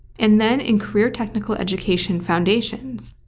and then in career technical education foundations,